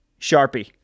Sharpie